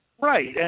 Right